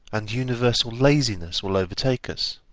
and universal laziness will overtake us.